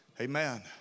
Amen